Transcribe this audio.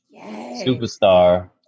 Superstar